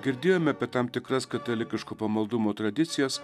girdėjome apie tam tikras katalikiško pamaldumo tradicijas